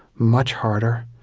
much harder,